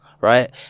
right